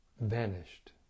vanished